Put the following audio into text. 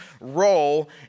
role